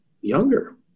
younger